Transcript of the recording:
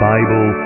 Bible